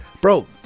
bro